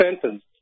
sentence